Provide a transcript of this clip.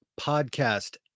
podcast